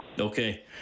Okay